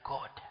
God